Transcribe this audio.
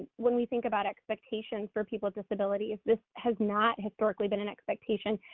when we think about expectations for people's disabilities. this has not historically been an expectation.